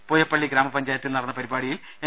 പൂയപ്പള്ളി ഗ്രാമപഞ്ചായത്തിൽ നടന്ന പരിപാടിയിൽ എൻ